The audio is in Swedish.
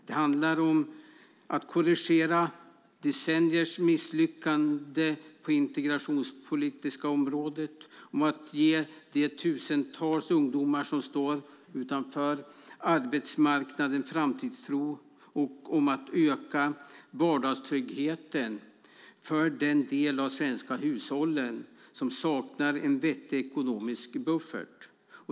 Det handlar om att korrigera decenniers misslyckanden på det integrationspolitiska området, om att ge de tusentals ungdomar som står utanför arbetsmarknaden framtidstro och om att öka vardagstryggheten för den del av de svenska hushållen som saknar en vettig ekonomisk buffert.